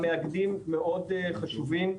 המאגדים מאוד חשובים.